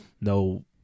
no